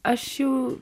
aš jau